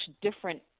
different